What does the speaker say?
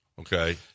Okay